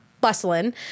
bustling